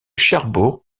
cherbourg